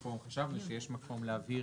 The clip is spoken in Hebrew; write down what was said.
מקום או שיותר נכון חשבנו שיש מקום להבהיר